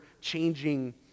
changing